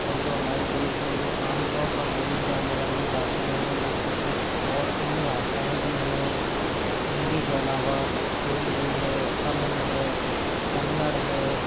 और जो हमारे देश में जो आमतौर पर बोली जाने वाली भाषाएँ हैं वो कुछ और अन्य भाषाएँ भी है हिंदी के अलावा तेलुगू है तमिल है कन्नड़ है